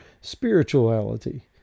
spirituality